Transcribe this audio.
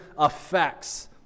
Effects